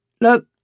Look